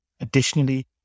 Additionally